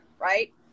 Right